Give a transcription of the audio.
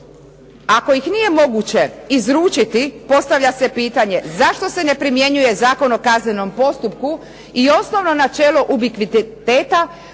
Ako ih nije moguće izručiti postavlja se pitanje zašto se ne primjenjuje Zakon o kaznenom postupku i osnovno načelo ubikviteta